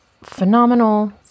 phenomenal